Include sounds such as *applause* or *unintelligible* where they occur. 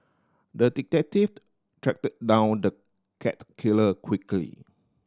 the detective *unintelligible* tracked down the cat killer quickly